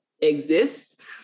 exists